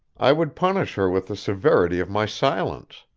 i would punish her with the severity of my silence,